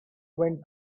went